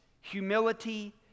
humility